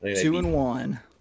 Two-and-one